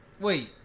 Wait